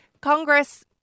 Congress